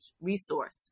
resource